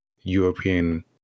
european